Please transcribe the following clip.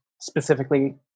specifically